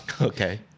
Okay